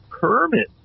permit